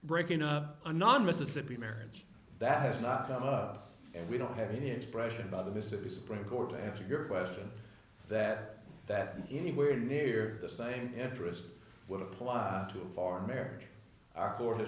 breaking up a non mississippi marriage that has not come up and we don't have any expression by the mississippi supreme court to answer your question that that anywhere near the same interest would apply to our marriage are or ha